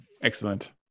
Excellent